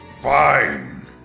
fine